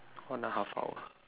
one and a half hour